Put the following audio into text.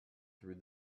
through